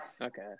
Okay